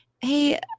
Hey